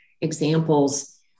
examples